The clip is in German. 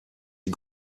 die